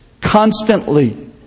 constantly